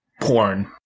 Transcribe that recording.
porn